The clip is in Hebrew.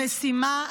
המשימה הזאת,